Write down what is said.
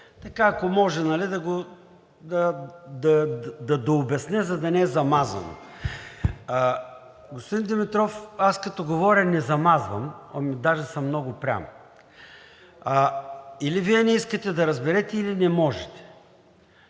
партия, ако може да дообясня, за да не е замазано. Господин Димитров, аз, като говоря, не замазвам, даже съм много прям – или Вие не искате да разберете, или не можете.